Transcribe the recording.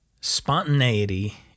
spontaneity